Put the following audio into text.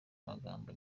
amagambo